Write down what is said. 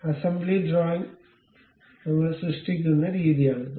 assembly drawing ഞങ്ങൾ സൃഷ്ടിക്കുന്ന രീതിയാണിത്